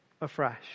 afresh